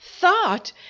thought